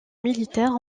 militaire